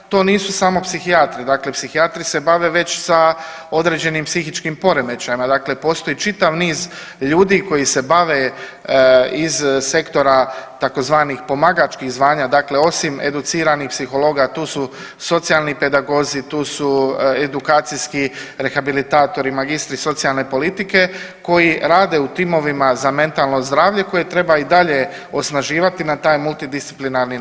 To nisu samo psihijatri, dakle psihijatri se bave već sa određenim psihičkim poremećajima, dakle postoji čitav niz ljudi koji se bave iz sektora tzv. pomagačkih zvanja, dakle osim educiranih psihologa tu su socijalni pedagozi, tu su edukacijski rehabilitatori, magistri socijalne politike koji rade u timovima za mentalno zdravlje koje treba i dalje osnaživati na taj multidisciplinarni način.